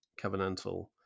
covenantal